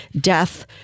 Death